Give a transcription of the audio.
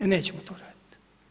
E nećemo to raditi.